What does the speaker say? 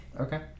Okay